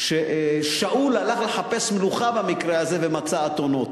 שאול הלך לחפש מלוכה במקרה הזה, ומצא אתונות.